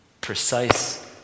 precise